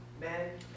men